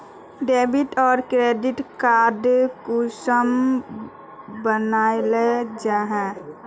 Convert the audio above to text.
Debit आर credit card कुंसम बनाल जाहा?